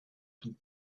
and